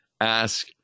ask